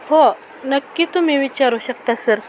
हो नक्की तुम्ही विचारू शकता सर